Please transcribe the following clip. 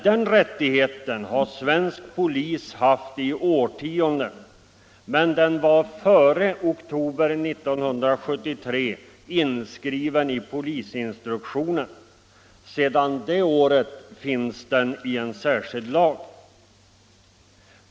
Den rättigheten har svensk polis emellertid haft i årtionden, men den var före oktober 1973 inskriven i polisinstruktionen. Sedan dess finns den i en särskild lag.